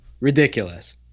ridiculous